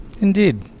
Indeed